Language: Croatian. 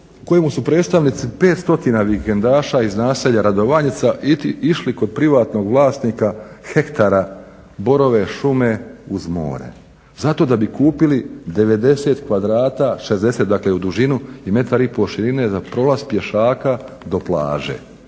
u kojemu su predstavnici pet stotina vikendaša iz naselja Radovanjica išli kod privatnog vlasnika hektara borove šume uz more zato da bi kupili 90 kvadrata, 60 dakle u dužinu i metar i pol širine za prolaz pješaka do plaže